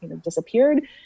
disappeared